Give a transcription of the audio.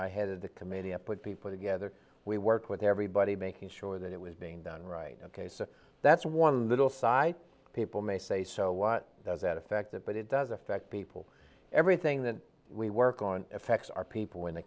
i headed the committee i put people together we work with everybody making sure that it was being done right ok so that's one little side people may say so what does that affect that but it does affect people everything that we work on effects are people in the